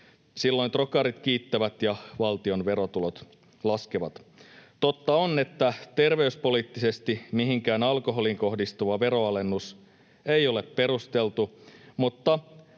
Silloin trokarit kiittävät ja valtion verotulot laskevat. Totta on, että terveyspoliittisesti mihinkään alkoholiin kohdistuva veroalennus ei ole perusteltu, mutta